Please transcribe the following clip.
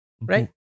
right